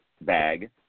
bag